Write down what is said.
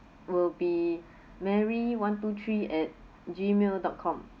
will be mary one to three at G mail dot com